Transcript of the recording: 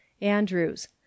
Andrews